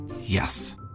Yes